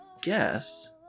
guess